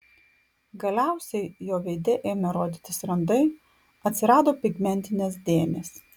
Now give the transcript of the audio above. galiausiai jo veide ėmė rodytis randai atsirado pigmentinės dėmės